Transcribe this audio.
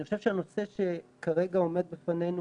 אני חושב שהנושא שכרגע עומד בפנינו,